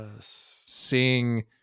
seeing